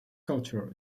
cultural